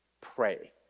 pray